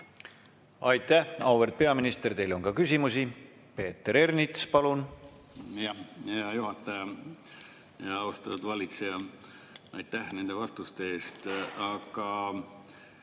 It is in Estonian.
Aitäh, auväärt peaminister! Teile on ka küsimusi. Peeter Ernits, palun!